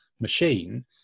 machine